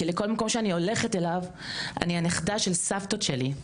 כי לכל מקום שאני הולכת אליו אני הנכדה של סבתות שלי,